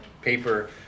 paper